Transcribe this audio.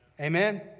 Amen